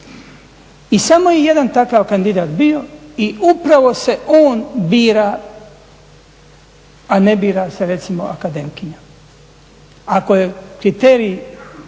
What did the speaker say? I samo je jedan takav kandidat bio i upravo se on bira a ne bira se recimo akademkinja. Ako je kriterij